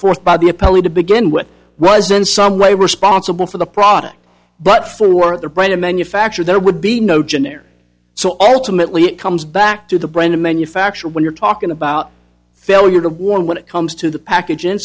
forth by the appellee to begin with was in some way responsible for the product but for the brain to manufacture there would be no generic so ultimately it comes back to the brain to manufacture when you're talking about failure to warn when it comes to the packag